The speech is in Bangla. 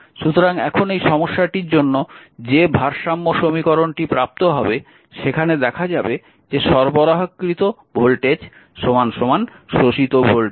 সুতরাং এখন এই সমস্যাটির জন্য যে ভারসাম্য সমীকরণটি প্রাপ্ত হবে সেখানে দেখা যাবে যে সরবরাহকৃত ভোল্টেজ শোষিত ভোল্টেজ